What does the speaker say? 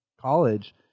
college